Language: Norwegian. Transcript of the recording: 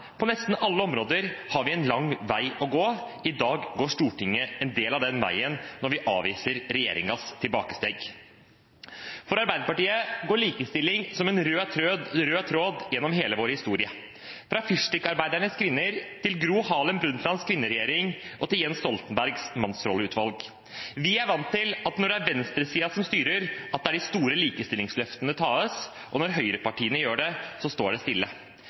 på at vi er i mål. For vi er langt unna. På nesten alle områder har vi en lang vei å gå. I dag går Stortinget en del av den veien når vi avviser regjeringens tilbakesteg. For Arbeiderpartiet går likestilling som en rød tråd gjennom hele vår historie, fra fyrstikkarbeidernes kvinner til Gro Harlem Brundtlands kvinneregjering og til Jens Stoltenbergs mannsrolleutvalg. Vi er vant til at når venstresiden styrer, tas de store likestillingsløftene, og når høyrepartiene styrer, står det stille.